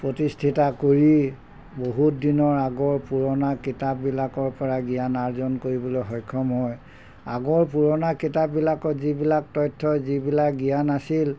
প্ৰতিষ্ঠিতা কৰি বহুত দিনৰ আগৰ পুৰণা কিতাপবিলাকৰ পৰা জ্ঞান আৰ্জন কৰিবলৈ সক্ষম হয় আগৰ পুৰণা কিতাপবিলাকত যিবিলাক তথ্য যিবিলাক জ্ঞান আছিল